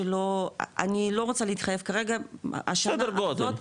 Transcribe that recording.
אני לא רוצה להתחייב כרגע --- סדר גודל.